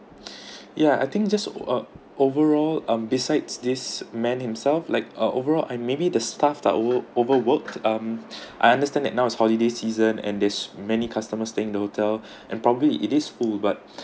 ya I think just uh overall um besides this man himself like uh overall and maybe the staff they are overworked um I understand that now is holiday season and there's many customers staying the hotel and probably it is full but